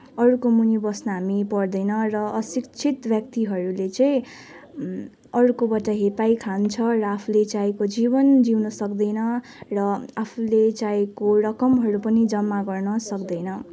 अरूको मुनि बस्न हामी पर्दैन र अशिक्षित व्यक्तिहरूले चाहिँ अरूकोबाट हेपाई खान्छ क आफुले चाहेको जीवन जिउन सक्दैन र आफुले चाहेको रकमहरू पनि जम्मा गर्न सक्दैन